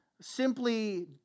simply